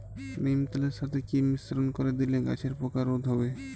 নিম তেলের সাথে কি মিশ্রণ করে দিলে গাছের পোকা রোধ হবে?